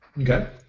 Okay